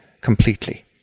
completely